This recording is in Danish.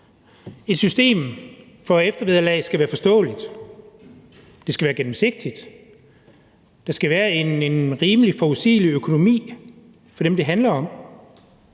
Et system for eftervederlag skal være forståeligt, det skal være gennemsigtigt, og der skal være en rimelig forudsigelig økonomi for dem, det handler om.